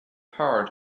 part